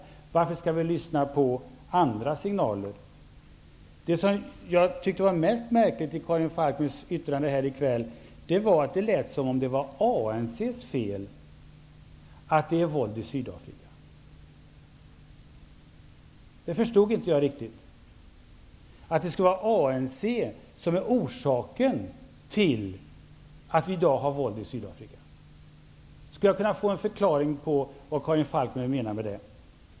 Varför skall vi lyssna på andra signaler? Det jag tyckte var mest märkligt i Karin Falkmers yttrande här i kväll var att det lät som om det var ANC:s fel att det finns våld i Sydafrika. Jag förstod inte riktigt hur ANC kan vara orsaken till att det i dag finns våld i Sydafrika. Skulle jag kunna få en förklaring till vad Karin Falkmer menar med det?